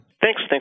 Thanks